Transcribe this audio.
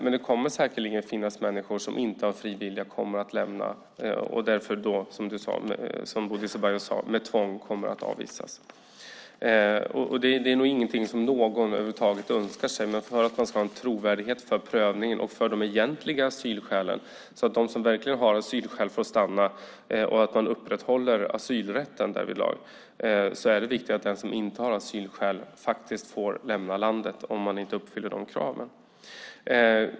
Men det kommer säkerligen att finnas människor som inte av fri vilja kommer att lämna landet och därför, som Bodil Ceballos sade, kommer att avvisas med tvång. Det är inte något som någon över huvud taget önskar sig. Men för att man ska ha en trovärdighet för prövningen och för de egentliga asylskälen, så att de som verkligen har asylskäl får stanna och man därvidlag upprätthåller asylrätten, är det viktigt att den som inte har asylskäl får lämna landet om den inte uppfyller de kraven.